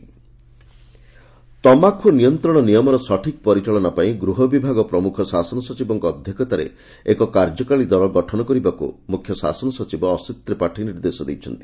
ତମାଖୁ ନିଷେଧ ଆଇନ୍ ତମାଖୁ ନିୟନ୍ବଣ ନିୟମର ସଠିକ୍ ପରିଚାଳନା ପାଇଁ ଗୃହ ବିଭାଗ ପ୍ରମୁଖ ଶାସନ ସଚିବଙ୍କ ଅଧ୍ଧକ୍ଷତାରେ ଏକ କାର୍ଯ୍ୟକାରୀ ଦଳ ଗଠନ କରିବାକୁ ମୁଖ୍ୟ ଶାସନ ସଚିବ ଅଶିତ ତ୍ରିପାଠୀ ନିର୍ଦ୍ଦେଶ ଦେଇଛନ୍ତି